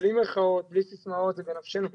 בלי מירכאות, בלי סיסמאות, זה בנפשנו ממש.